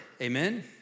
amen